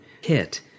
hit